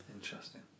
Interesting